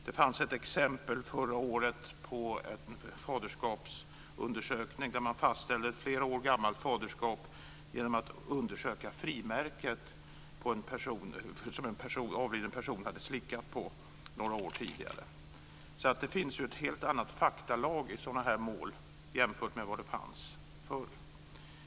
Det fanns ett exempel förra året på en faderskapsundersökning där man fastställde ett flera år gammalt faderskap genom att undersöka frimärket som en avliden person hade slickat på några år tidigare. Det finns ett helt annat faktaunderlag i sådana mål jämfört med förr. Fru talman!